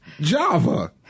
Java